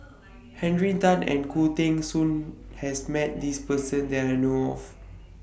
Henry Tan and Khoo Teng Soon has Met This Person that I know of